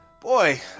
boy